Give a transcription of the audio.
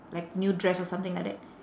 like new dress or something like that